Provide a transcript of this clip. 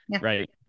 right